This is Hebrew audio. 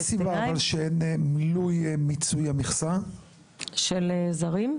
מה הסיבה שאין מילוי מיצוי המכסה של זרים?